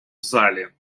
залі